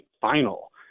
final